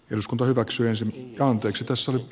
eduskunta hyväksyi ensin kahdeksikossa